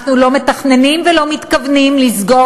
אנחנו לא מתכננים ולא מתכוונים לסגור